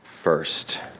first